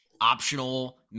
optional